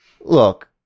look